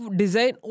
design